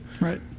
Right